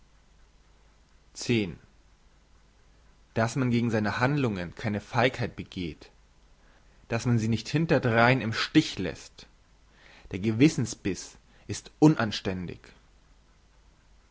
dass man gegen seine handlungen keine feigheit begeht dass man sie nicht hinterdrein im stiche lässt der gewissensbiss ist unanständig